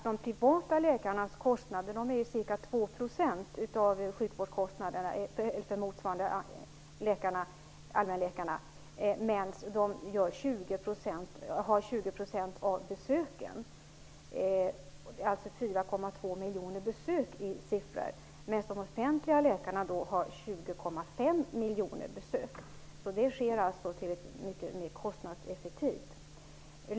De privata läkarnas kostnader är ca 2 % av sjukvårdskostnaderna, medan de har 20 % av besöken, 4,2 miljoner besök i siffror. De offentliga läkarna har 20,5 miljoner besök. Den privata läkarvården är alltså mycket mer kostnadseffektiv.